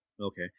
Okay